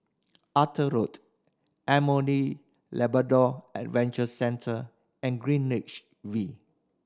Arthur Road M O E Labrador Adventure Centre and Greenwich V